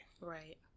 right